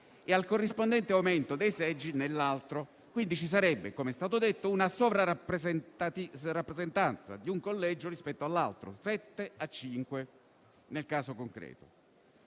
e al corrispondente aumento dei seggi nell'altro» e quindi ci sarebbe, come è stato detto, una sovra-rappresentanza di un collegio rispetto all'altro, di 7 a 5 nel caso di specie.